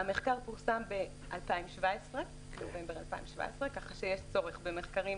המחקר פורסם בנובמבר 2017, כך שיש צורך במחקרים